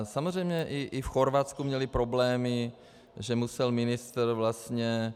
Samozřejmě i v Chorvatsku měli problémy, že musel ministr vlastně...